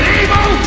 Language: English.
evil